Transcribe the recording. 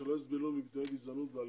שלא יסבלו מגזענות ואלימות.